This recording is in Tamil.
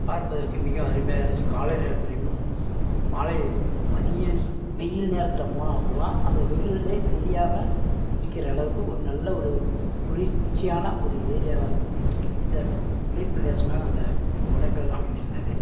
பார்ப்பதற்கு மிக அருமையாக இருந்துச்சு காலை நேரத்தில் இன்னும் மாலை மதியம் வெயில் நேரத்தில் போனாக்கூட அந்த வெயிலே தெரியாமல் இருக்கிற அளவுக்கு ஒரு நல்ல ஒரு குளிர்ச்சியான ஒரு ஏரியாவாக இந்த குளிர் பிரேதேசமாக அந்த கொடைக்கானல் அமைந்து இருந்தது